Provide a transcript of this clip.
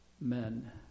men